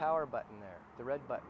power button there the red but